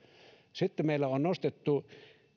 sitten meillä on nostettu